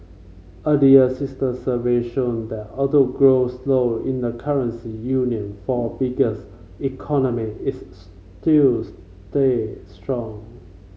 earlier sister survey showed that although growth slowed in the currency union four biggest economy its still stayed strong